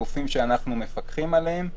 הגופים שאנחנו מפקחים עליהם,